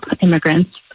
immigrants